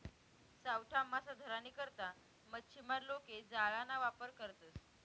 सावठा मासा धरानी करता मच्छीमार लोके जाळाना वापर करतसं